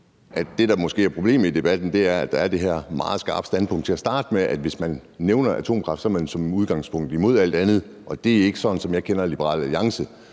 det, der måske er problemet i debatten, er, at der er det her meget skarpe standpunkt til at starte med, og at man, hvis man nævner atomkraft, som udgangspunkt er imod alt andet, og det er ikke sådan, jeg kender Liberal Alliance.